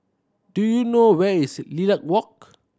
do you know where is Lilac Walk